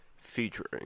Featuring